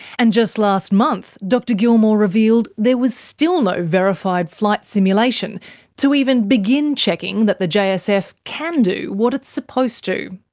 and just last month, dr gilmore revealed there was still no verified flight simulation to even begin checking that the jsf can do what it's supposed to.